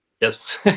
Yes